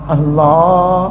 Allah